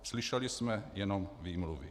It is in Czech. Slyšeli jsme jenom výmluvy.